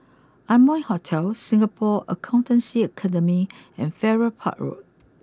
Amoy Hotel Singapore Accountancy Academy and Farrer Park Road